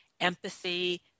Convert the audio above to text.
empathy